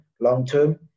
long-term